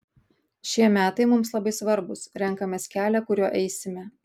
šie metai mums labai svarbūs renkamės kelią kuriuo eisime